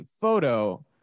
photo